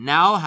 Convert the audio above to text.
Now